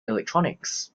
electronics